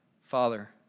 Father